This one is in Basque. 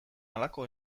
halako